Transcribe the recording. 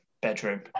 bedroom